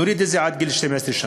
נוריד את זה לגיל 12 שנה.